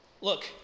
look